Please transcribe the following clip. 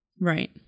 Right